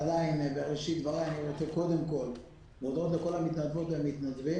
בראשית דבריי אני רוצה להודות לכל המתנדבות והמתנדבים.